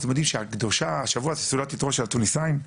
אתם יודעים שהשבוע זה סעודת יתרו של התוניסאים,